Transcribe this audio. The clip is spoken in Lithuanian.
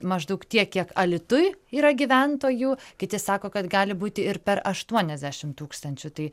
maždaug tiek kiek alytuj yra gyventojų kiti sako kad gali būti ir per aštuoniasdešimt tūkstančių tai